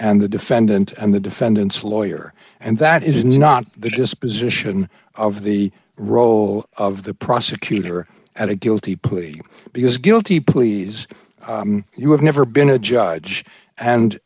and the defendant and the defendant's lawyer and that is not the disposition of the role of the prosecutor at a guilty plea because guilty pleas you have never been a judge and